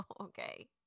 Okay